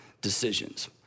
decisions